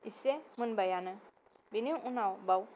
एसे मोनबायानो बेनि उनाव बाव